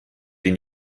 den